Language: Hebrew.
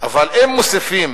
אבל אם מוסיפים